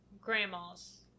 grandma's